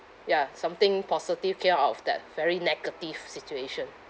ya something positive came out of that very negative situation